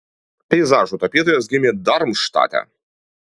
peizažų tapytojas gimė darmštate